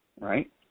right